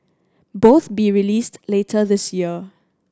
both be released later this year